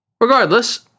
Regardless